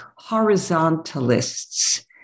horizontalists